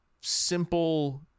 simple